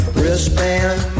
wristband